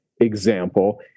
example